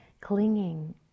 clinging